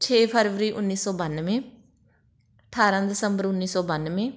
ਛੇ ਫਰਵਰੀ ਉੱਨੀ ਸੌ ਬਾਨਵੇਂ ਅਠਾਰਾਂ ਦਸੰਬਰ ਉੱਨੀ ਸੌ ਬਾਨਵੇਂ